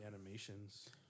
animations